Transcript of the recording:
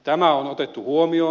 tämä on otettu huomioon